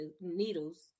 needles